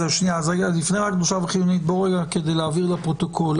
לפני כן, כדי להבהיר לפרוטוקול.